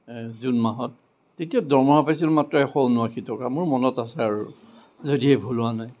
June মাহত তেতিয়া দৰমহা পাইছিলোঁ মাত্ৰ এশ ঊনাশী টকা মোৰ মনত আছে আৰু যদিহে ভুল হোৱা নাই